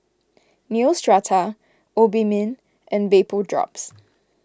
Neostrata Obimin and Vapodrops